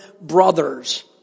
brothers